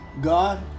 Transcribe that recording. God